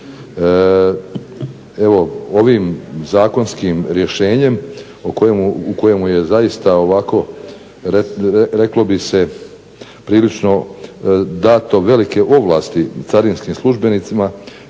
evo ovim zakonskim rješenjem u kojemu je zaista reklo bi se prilično date velike ovlasti carinskim službenicima